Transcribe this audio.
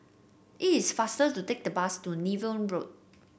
it is faster to take the bus to Niven Road